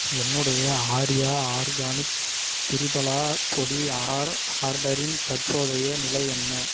என்னுடைய ஆர்யா ஆர்கானிக் திரிபலா பொடி ஆர் ஆர்டரின் தற்போதைய நிலை என்ன